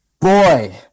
Boy